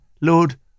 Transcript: Lord